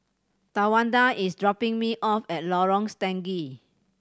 Tawanda is dropping me off at Lorong Stangee